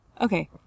Okay